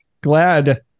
glad